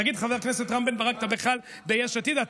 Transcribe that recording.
תגיד, חבר הכנסת רם בן ברק, אתה ביש עתיד בכלל?